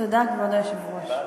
תודה, כבוד היושב-ראש.